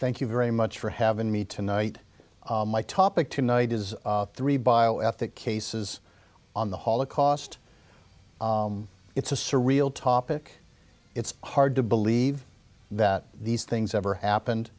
thank you very much for having me tonight my topic tonight is three bioethics cases on the holocaust it's a surreal topic it's hard to believe that these things ever happened